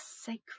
sacred